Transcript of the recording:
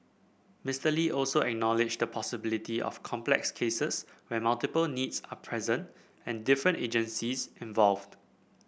Mister Lee also acknowledged the possibility of complex cases where multiple needs are present and different agencies involved